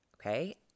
Okay